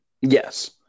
Yes